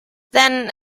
then